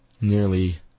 Nearly